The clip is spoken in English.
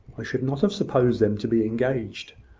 i should not have supposed them to be engaged,